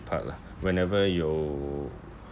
part lah whenever you